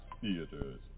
Theaters